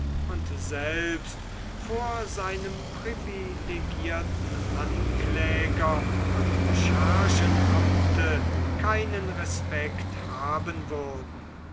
und selbst vor seinem privilegierten ankläger und schergenamte keinen respekt haben würden